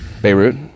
Beirut